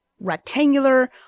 rectangular